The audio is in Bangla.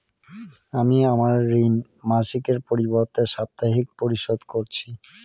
আমি আমার ঋণ মাসিকের পরিবর্তে সাপ্তাহিক পরিশোধ করছি